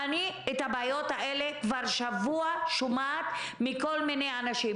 את הבעיות האלה אני שומעת כבר שבוע מכול מיני אנשים,